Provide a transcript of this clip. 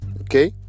Okay